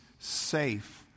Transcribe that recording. safe